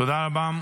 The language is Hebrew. תודה רבה.